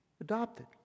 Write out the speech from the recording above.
adopted